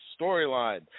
storyline